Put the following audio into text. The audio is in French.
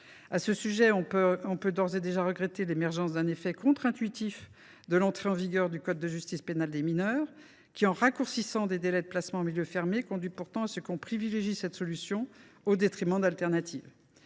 À ce sujet, on peut d’ores et déjà regretter l’émergence d’un effet contre intuitif de l’entrée en vigueur du code de justice pénale des mineurs : le raccourcissement des délais de placement en milieu fermé conduit à privilégier cette solution au détriment des autres.